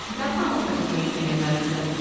that's almost like with anything in medicine.